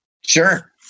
Sure